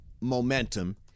momentum